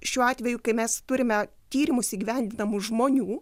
šiuo atveju kai mes turime tyrimus įgyvendinamus žmonių